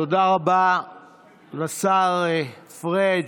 תודה רבה לשר פריג'.